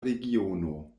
regiono